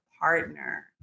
partner